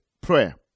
prayer